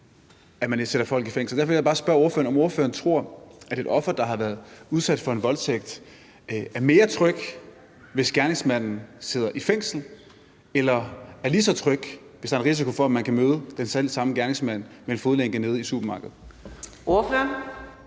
at man sætter folk i fængsel. Derfor vil jeg bare spørge ordføreren, om hun tror, at et offer, der har været udsat for en voldtægt, er mere tryg, hvis gerningsmanden sidder i fængsel, eller er lige så tryg, hvis der er en risiko for, at man kan møde den selv samme gerningsmand med en fodlænke nede i supermarkedet. Kl.